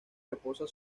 reposa